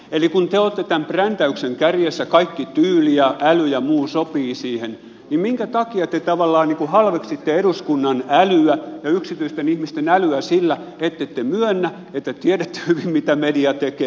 eli kun te olette tämän brändäyksen kärjessä kaikki tyyli ja äly ja muu sopii siihen niin minkä takia te tavallaan halveksitte eduskunnan älyä ja yksityisten ihmisten älyä sillä ettette myönnä että te tiedätte hyvin mitä media tekee